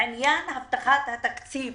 עניין הבטחת התקציב